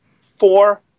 four